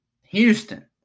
Houston